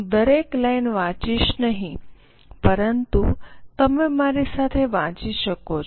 હું દરેક લાઇન વાંચીશ નહીં પરંતુ તમે મારી સાથે વાંચી શકો છો